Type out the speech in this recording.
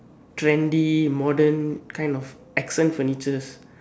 trendy modern kind of accent furniture